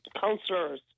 councillor's